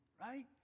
right